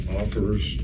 offers